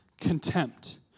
contempt